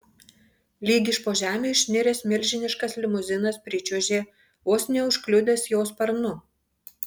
lyg iš po žemių išniręs milžiniškas limuzinas pričiuožė vos neužkliudęs jo sparnu